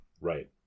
Right